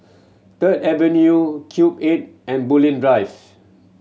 Third Avenue Cube Eight and Bulim Drive